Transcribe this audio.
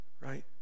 Right